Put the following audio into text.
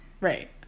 right